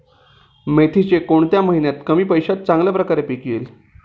मेथीचे कोणत्या महिन्यात कमी पैशात चांगल्या प्रकारे पीक येईल?